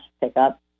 pickup